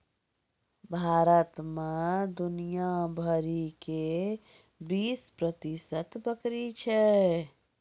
भारत मे दुनिया भरि के बीस प्रतिशत बकरी छै